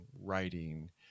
writing